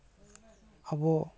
ᱟᱵᱚ